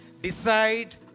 decide